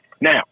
Now